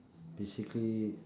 basically